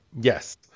Yes